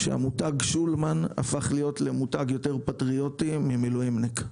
שהמותג שולמן הפך להיות למותג יותר פטריוטי ממילואימניק.